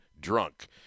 drunk